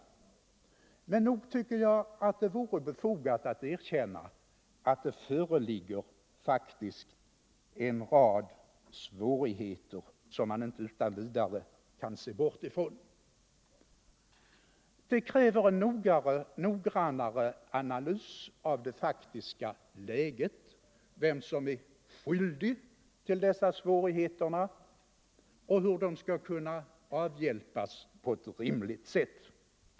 Men nog tycker jag att det vore befogat att erkänna att det faktiskt föreligger en rad svårigheter som man inte utan vidare kan bortse från. Det krävs en noggrannare analys av det faktiska läget för att klarlägga vem som är skyldig till svårigheterna och hur de skall kunna avhjälpas på ett rimligt sätt.